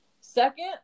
Second